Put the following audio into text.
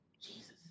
Jesus